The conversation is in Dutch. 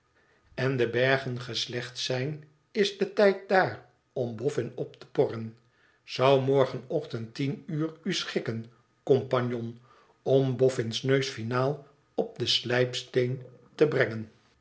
en de bergen geslecht zijn is de tijd daar om boffin op te porren zou morgenochtend tien uur u schikken compagnon om boffin's neus finaal op den slijpsteen te brengen